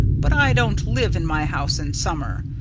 but i don't live in my house in summer.